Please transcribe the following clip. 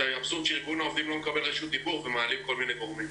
זה אבסורד שארגון העובדים לא מקבל רשות דיבור ומעלים כל מיני גורמים.